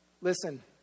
listen